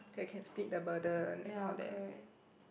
they can split the burden and all that